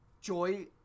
Joy